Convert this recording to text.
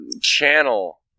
channel